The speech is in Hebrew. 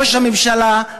ראש הממשלה,